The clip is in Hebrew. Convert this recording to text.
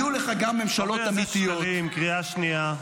חבר הכנסת שקלים, קריאה שנייה.